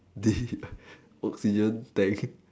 this oxygen tank